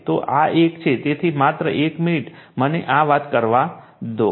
તો આ એક તેથી માત્ર 1 મિનિટ મને આ વાત કરવા દો